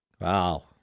wow